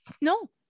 no